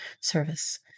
service